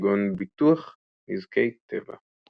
כגון ביטוח נזקי טבע.